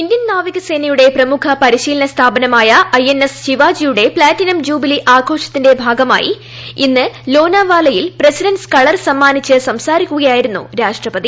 Indian നാവികസേനയുടെ പ്രമുഖ പരിശീലന സ്ഥാപനമായ ഐ എൻ എസ് ശിവാജിയുടെ പ്ലാറ്റിനം ജൂബിലി ആഘോഷത്തിന്റെ ഭാഗമായി ഇന്ന് ലോനാവാലയിൽ പ്രസിഡന്റ്സ് കളർ സമ്മാനിച്ച് സംസാരിക്കുകയായിരുന്നു രാഷ്ട്രപതി